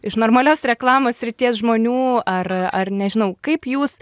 iš normalios reklamos srities žmonių ar ar nežinau kaip jūs